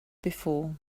before